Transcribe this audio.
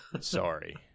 Sorry